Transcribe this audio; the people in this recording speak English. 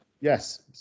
Yes